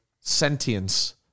sentience